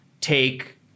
take